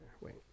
Wait